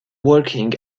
working